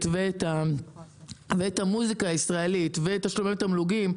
ואת המוזיקה הישראלית ותשלומי תמלוגים,